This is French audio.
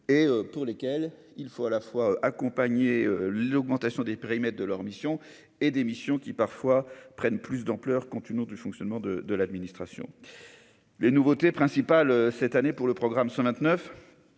et pour lesquels il faut à la fois accompagner l'augmentation des périmètres de leur mission et d'émissions qui parfois prennent plus d'ampleur contre une du fonctionnement de de l'administration, les nouveautés principales cette année pour le programme 129